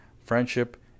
Friendship